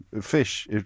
fish